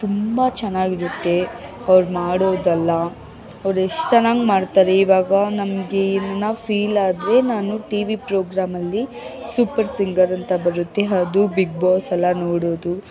ತುಂಬ ಚೆನ್ನಾಗಿರುತ್ತೆ ಅವ್ರು ಮಾಡೋದೆಲ್ಲ ಅವ್ರು ಎಷ್ಟು ಚೆನ್ನಾಗಿ ಮಾಡ್ತಾರೆ ಇವಾಗ ನಮಗೆ ಇನ್ನು ಫೀಲ್ ಆದರೆ ನಾನು ಟಿ ವಿ ಪ್ರೋಗ್ರಾಮಲ್ಲಿ ಸೂಪರ್ ಸಿಂಗರ್ ಅಂತ ಬರುತ್ತೆ ಅದು ಬಿಗ್ ಬಾಸ್ ಎಲ್ಲ ನೋಡೋದು